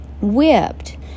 whipped